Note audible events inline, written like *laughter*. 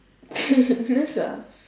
*laughs* that's fast